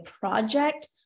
project